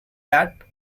that